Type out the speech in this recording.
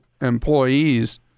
employees